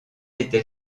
était